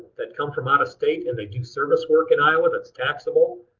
that come from out of state and they do service work in iowa that's taxable.